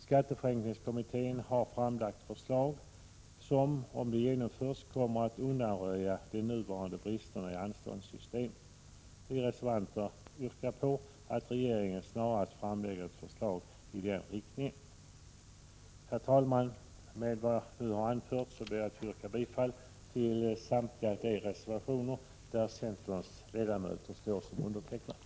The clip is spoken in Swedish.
Skatteförenklingskommittén har framlagt förslag som — om de genomförs - kommer att undanröja de nuvarande bristerna i anståndssystemet. Vi reservanter yrkar att regeringen snarast framlägger ett förslag i den riktningen. Herr talman! Med vad jag nu anfört yrkar jag bifall till samtliga reservationer där centerledamöter står som undertecknare.